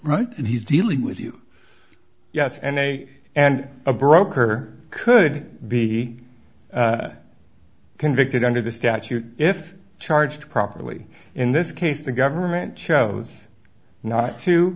right and he's dealing with you yes and i and a broker could be convicted under the statute if charged properly in this case the government chose not to